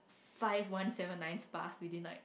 five one seven nine pass within like